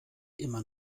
immer